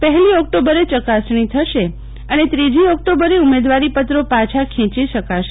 પહેલી ઓકટોબરે ચકાસણી થશે અને ત્રીજી ઓકટોબરે ઉમેદવારીપત્રો પાછાં ખેંચી શકાશે